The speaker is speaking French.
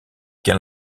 quel